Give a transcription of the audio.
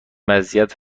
وضعیت